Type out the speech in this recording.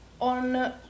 on